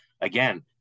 Again